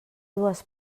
dues